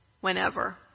whenever